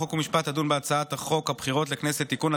חוק ומשפט תדון בהצעת חוק הבחירות לכנסת (תיקון,